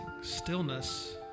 stillness